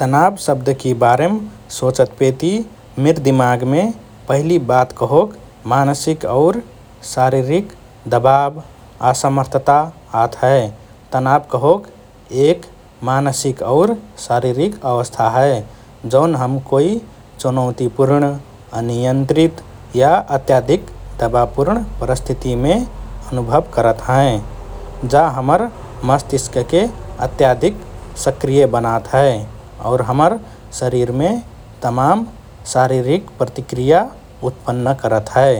“तनाव” शब्दकि बारेम सोचतपेति मिर दिमागमे पहिली बात कहोक मानसिक और शारीरिक दबाब, असमर्थता आत हए । तनाव कहोक एक मानसिक और शारीरिक अवस्था हए जौन हम कोइ चुनौतीपूर्ण, अनियन्त्रित या अत्यधिक दबाबपूर्ण परिस्थितिमे अनुभव करत हएँ । जा हमर मस्तिष्कके अत्यधिक सक्रिय बनात हए और हमर शरीरमे तमाम् शारीरिक प्रतिक्रिया उत्पन्न करत हए